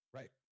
Right